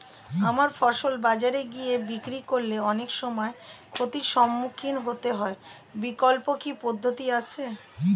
আমার ফসল বাজারে গিয়ে বিক্রি করলে অনেক সময় ক্ষতির সম্মুখীন হতে হয় বিকল্প কি পদ্ধতি আছে?